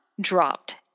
dropped